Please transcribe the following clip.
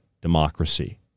democracy